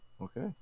Okay